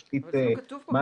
תשתית מים,